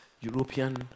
European